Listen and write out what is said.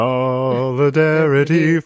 Solidarity